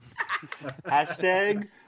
Hashtag